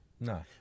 No